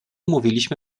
mówiliśmy